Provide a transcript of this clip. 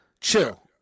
Chill